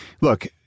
look